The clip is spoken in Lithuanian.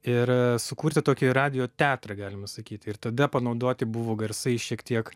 ir sukurti tokį radijo teatrą galima sakyti ir tada panaudoti buvo garsai šiek tiek